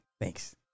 Thanks